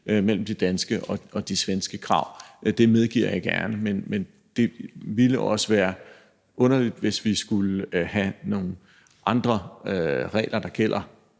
mellem de danske og de svenske krav – det medgiver jeg gerne – men det ville også være underligt, hvis vi skulle have nogle andre regler, der gælder